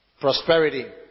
Prosperity